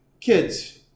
Kids